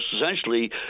essentially